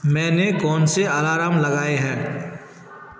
मैंने कौन से अलारम लगाए हैं